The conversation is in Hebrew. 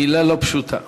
מילה לא פשוטה.